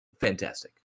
fantastic